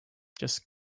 just